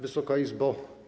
Wysoka Izbo!